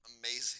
Amazing